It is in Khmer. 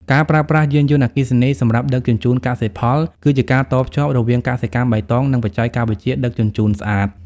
ការប្រើប្រាស់ "យានយន្តអគ្គិសនីសម្រាប់ដឹកជញ្ជូនកសិផល" គឺជាការតភ្ជាប់រវាងកសិកម្មបៃតង និងបច្ចេកវិទ្យាដឹកជញ្ជូនស្អាត។